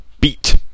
Beat